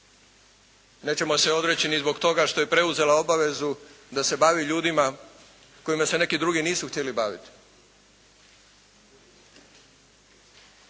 Nećemo se odreći ni zbog toga što je preuzela obavezu da se bavi ljudima kojima se neki drugi nisu htjeli baviti.